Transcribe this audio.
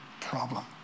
problem